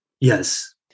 Yes